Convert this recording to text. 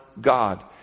god